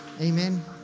Amen